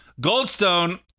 Goldstone